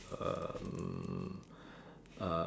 um